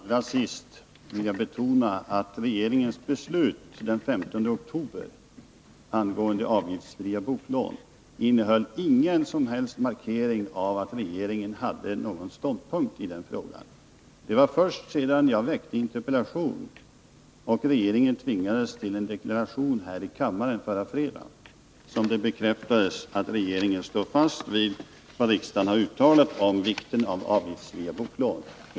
Herr talman! Allra sist vill jag då betona att regeringens beslut den 15 oktober angående avgiftsfria boklån inte innehöll någon som helst markering av att regeringen hade någon ståndpunkt i den frågan. Det var först sedan jag väckt interpellation och regeringen tvingats till en deklaration här i kammaren förra fredagen som det bekräftades att regeringen står fast vid vad riksdagen har uttalat om vikten av avgiftsfria boklån.